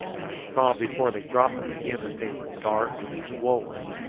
i saw before they dropped them again that they were dark and swollen,